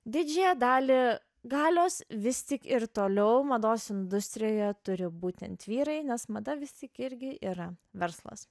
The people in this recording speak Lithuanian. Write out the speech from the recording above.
didžiąją dalį galios vis tik ir toliau mados industrijoje turi būtent vyrai nes mada vis tik irgi yra verslas